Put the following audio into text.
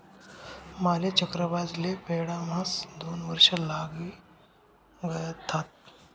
माले चक्रव्याज ले फेडाम्हास दोन वर्ष लागी गयथात